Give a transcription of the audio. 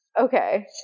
Okay